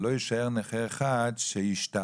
שלא יישאר נכה אחד שישתעבד,